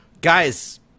guys